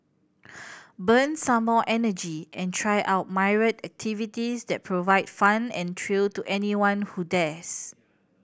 burn some more energy and try out myriad activities that provide fun and thrill to anyone who dares